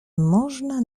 można